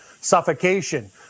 suffocation